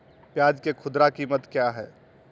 प्याज के खुदरा कीमत क्या है?